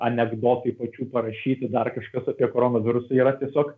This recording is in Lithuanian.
anekdotai pačių parašyti dar kažkas apie koronavirusą yra tiesiog